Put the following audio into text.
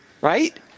Right